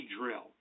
drill